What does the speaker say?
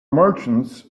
merchants